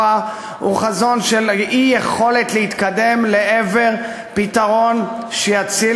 הוא חזון של אי-יכולת להתקדם לעבר פתרון שיציל